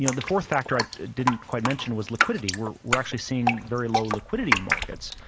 you know the fourth factor i didn't quite mention was liquidity. we're we're actually seeing very low liquidity in markets.